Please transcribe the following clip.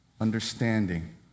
understanding